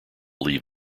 leave